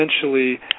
essentially